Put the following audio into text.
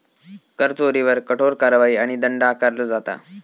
कर चोरीवर कठोर कारवाई आणि दंड आकारलो जाता